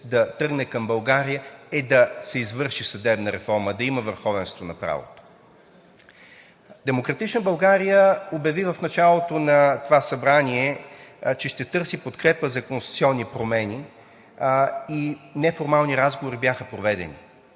да тръгне към България, е да се извърши съдебна реформа, да има върховенство на правото. „Демократична България“ обяви в началото на това Събрание, че ще търси подкрепа за конституционни промени и неформални разговори бяха проведени.